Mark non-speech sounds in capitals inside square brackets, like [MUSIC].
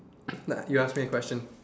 [NOISE] you ask me a question